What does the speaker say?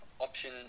Option